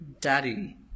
daddy